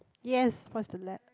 yes what's the